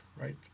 right